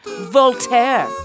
Voltaire